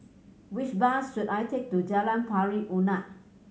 which bus should I take to Jalan Pari Unak